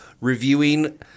reviewing